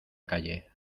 calle